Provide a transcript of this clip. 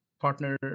partner